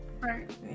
Right